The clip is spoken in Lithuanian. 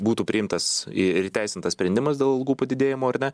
būtų priimtas ir įteisintas sprendimas dėl algų padidėjimo ar ne